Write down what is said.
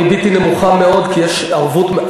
הריבית נמוכה מאוד, כי יש ערבות.